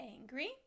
angry